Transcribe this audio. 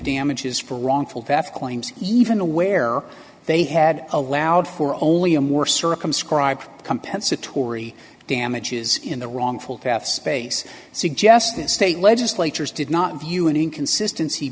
damages for wrongful death claims even aware they had allowed for only a more circumscribed compensatory damages in the wrongful death space suggest that state legislatures did not view an inconsistency